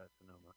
Sonoma